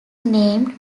named